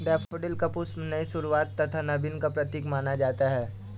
daffodil का पुष्प नई शुरुआत तथा नवीन का प्रतीक माना जाता है